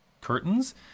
curtains